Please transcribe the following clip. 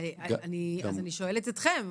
אני שואלת אתכם,